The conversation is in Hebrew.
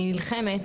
אני נלחמת,